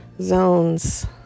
zones